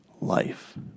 life